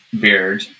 beard